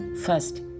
First